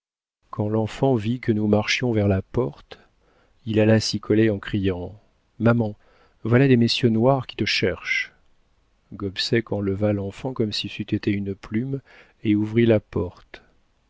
quand l'enfant vit que nous marchions vers la porte il alla s'y coller en criant maman voilà des messieurs noirs qui te cherchent gobseck enleva l'enfant comme si c'eût été une plume et ouvrit la porte